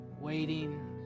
waiting